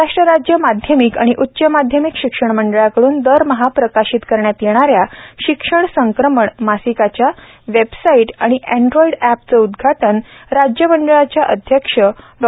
महाराष्ट्र राज्य माध्यमिक आणि उच्च माध्यमिक शिक्षण मंडळाकड़न दरमहा प्रकाशित करण्यात येणाऱ्या शिक्षण संक्रमण मासीकाच्या वेबसाईट आणि एन्ड्राईड अॅप चे उदघाटन राज्य मंडळाचे अध्यक्ष डॉ